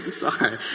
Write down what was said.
sorry